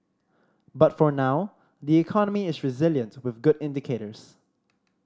but for now the economy is resilient with good indicators